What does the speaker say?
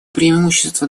преимущества